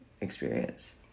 experience